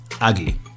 Ugly